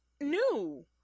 new